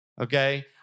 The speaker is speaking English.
Okay